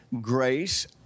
grace